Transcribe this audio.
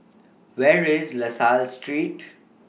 Where IS La Salle Street